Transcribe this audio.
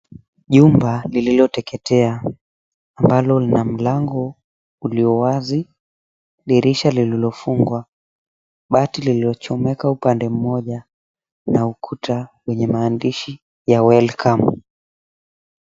Jumba lililoteketea ambalo lina mlango uliowazi, dirisha lililofungwa, bati lililochomeka upande mmoja na ukuta wenye maandishi ya, Welcome.